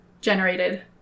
generated